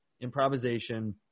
improvisation